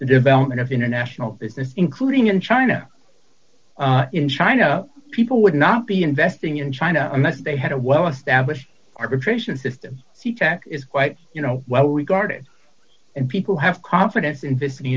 the development of international business including in china in china people would not be investing in china unless they had a well established arbitration system he fact is quite you know well regarded and people have confidence in